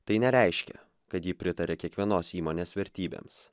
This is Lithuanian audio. tai nereiškia kad ji pritaria kiekvienos įmonės vertybėms